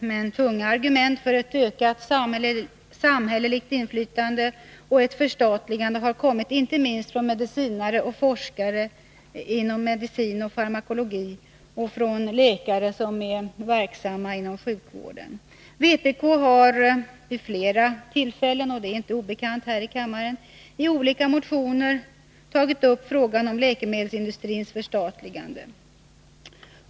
Men tunga argument för ett ökat samhälleligt inflytande och ett förstatligande har framförts inte minst av medicinare och forskare inom medicin och farmakologi samt av läkare verksamma inom sjukvården. Vpk har vid flera tillfällen — och det är inte obekant här i kammaren — i olika motioner tagit upp frågan om läkemedelsindustrins förstatligande.